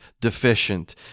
deficient